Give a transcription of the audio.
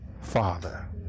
Father